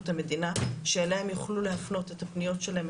המדינה שאליה הם יוכלו להפנות את הפניות שלהם,